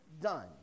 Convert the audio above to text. done